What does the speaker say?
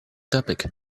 topic